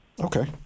Okay